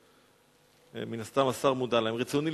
אדוני השר, חברי חברי